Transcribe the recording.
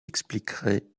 expliquerait